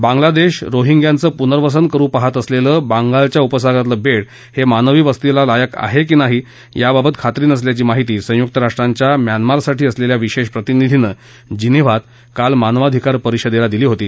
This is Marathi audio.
बांग्लादेश रोहिंग्याचं पूनर्वसन करु पाहत असलेलं बंगालच्या उपसागरातलं बेध हे मानवी वस्तीला लायक आहे की नाही याबाबत खात्री नसल्याची माहिती संयुक्त राष्ट्रांच्या म्यानामासाठी असलेल्या विशेष प्रतिनिधीनं जिनीव्हात काल मानवाधिकार परिषदेला दिली होती